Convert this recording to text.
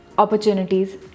Opportunities